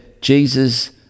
Jesus